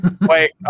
wait